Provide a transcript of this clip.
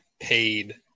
paid